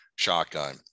shotgun